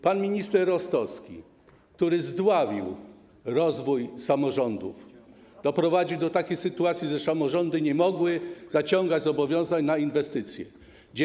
Pan minister Rostowski, który zdławił rozwój samorządów, doprowadził do takiej sytuacji, że samorządy nie mogły zaciągać zobowiązań na inwestycje.